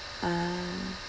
ah